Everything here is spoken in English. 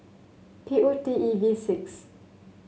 P O T E V six